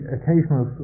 occasional